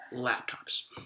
laptops